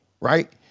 right